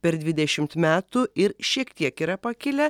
per dvidešimt metų ir šiek tiek yra pakilę